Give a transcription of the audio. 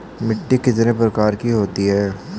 मिट्टी कितने प्रकार की होती हैं?